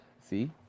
see